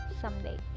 someday